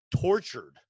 tortured